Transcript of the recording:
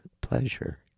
pleasure